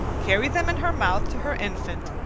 carry them in her mouth to her infant,